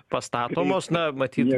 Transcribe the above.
pastatomos na matyt